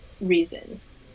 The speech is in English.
reasons